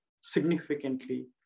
significantly